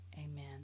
amen